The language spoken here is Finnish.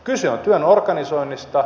kyse on työn organisoinnista